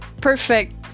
perfect